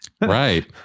Right